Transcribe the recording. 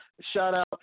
shout-out